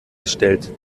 gestellt